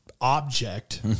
object